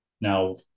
Now